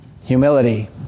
humility